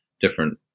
different